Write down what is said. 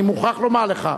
אני מוכרח לומר לך: